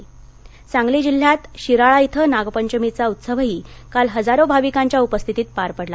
नागपंचमी सांगली जिल्ह्यात शिराळा इथं नागपंचमीचा उत्सवही काल हजारो भाविकांच्या उपस्थितीत पार पडला